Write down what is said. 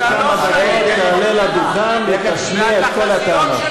בעוד כמה דקות תעלה לדוכן ותשמיע את כל הטענות.